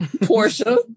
Portia